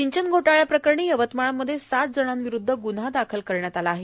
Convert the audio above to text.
सिंचन घोटाळचाप्रकरणी यवतमाळमध्ये सात जणांविरूद्ध गुन्हा दाखल करण्यात आला आहे